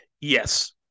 Yes